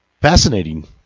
fascinating